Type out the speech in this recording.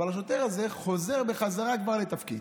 אבל השוטר הזה כבר חוזר בחזרה לתפקיד.